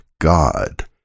God